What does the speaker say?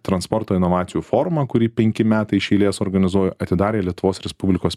transporto inovacijų formą kuri penki metai iš eilės organizuoja atidarė lietuvos respublikos